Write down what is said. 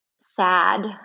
sad